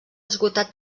esgotat